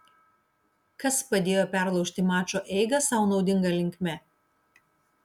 kas padėjo perlaužti mačo eigą sau naudinga linkme